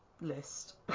list